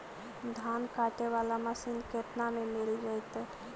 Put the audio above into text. धान काटे वाला मशीन केतना में मिल जैतै?